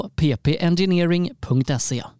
ppengineering.se